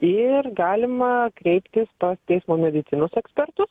ir galima kreiptis pas teismo medicinos ekspertus